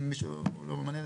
אני שואל שאלה,